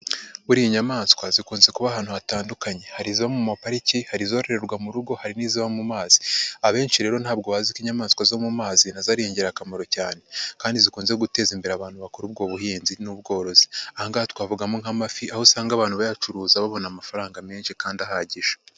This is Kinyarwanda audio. Buriya inyamaswa zikunze kuba ahantu hatandukanye: hari izo mu mapariki, hari izorohererwa mu rugo, hari n'iziba mu mazi. Abenshi rero ntabwo bazi ko inyamaswa zo mu mazi na zo ari ingirakamaro cyane kandi zikunze guteza imbere abantu bakora ubwo buhinzi n'ubworozi. Aha ngaha twavugamo nk'amafi aho usanga abantu bayacuruza babona amafaranga menshi kandi ahagije.